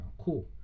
Cool